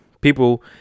people